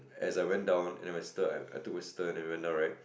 as I went down and my sister I I thought my sister went down right